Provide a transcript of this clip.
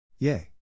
Yay